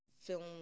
film